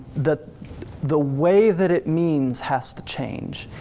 that the way that it means has to change.